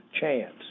chance